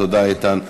תודה, איתן.